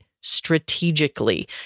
strategically